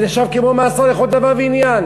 זה נחשב כמו מאסר לכל דבר ועניין.